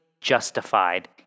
justified